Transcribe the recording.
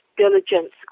diligence